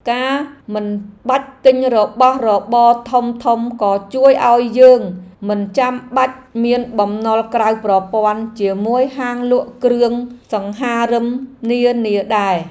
ការមិនបាច់ទិញរបស់របរធំៗក៏ជួយឱ្យយើងមិនចាំបាច់មានបំណុលក្រៅប្រព័ន្ធជាមួយហាងលក់គ្រឿងសង្ហារិមនានាដែរ។